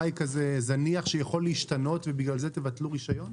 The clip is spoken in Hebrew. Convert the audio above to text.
תנאי זניח שיכול להשתנות ובגלל זה תבטלו רישיון?